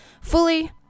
fully